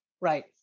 Right